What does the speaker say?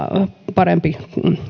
parempi